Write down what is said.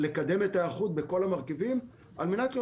לקדם את ההיערכות בכל המרכיבים על-מנת להיות